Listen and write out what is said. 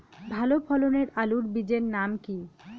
ভালো ফলনের আলুর বীজের নাম কি?